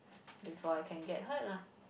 before I can get hurt lah